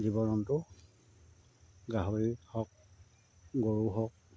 জীৱ জন্তু গাহৰি হওক গৰু হওক